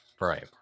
Right